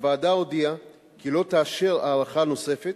הוועדה הודיעה כי לא תאשר הארכה נוספת,